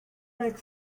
like